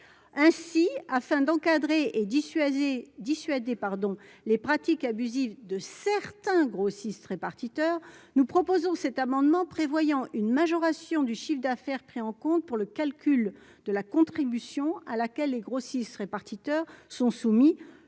ainsi afin d'encadrer et dissuader dissuader, pardon, les pratiques abusives de certains grossistes répartiteurs, nous proposons cet amendement prévoyant une majoration du chiffre d'affaires, pris en compte pour le calcul de la contribution à laquelle les grossistes répartiteurs sont soumis,